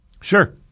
Sure